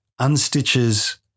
unstitches